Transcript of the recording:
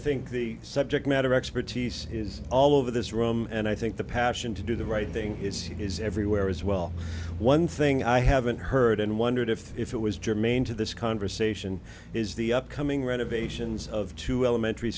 think the subject matter expertise is all over this room and i think the passion to do the right thing is she is everywhere as well one thing i haven't heard and wondered if it was germane to this conversation is the upcoming renovations of two elementary